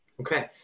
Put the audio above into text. Okay